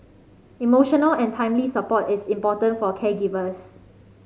emotional and timely support is important for caregivers